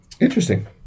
interesting